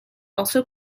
also